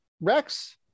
Rex